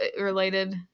related